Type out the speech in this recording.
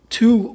Two